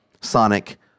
Sonic